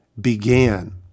began